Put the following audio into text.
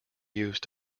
used